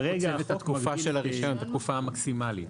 כרגע את התקופה של הרישיון, את התקופה המקסימלית.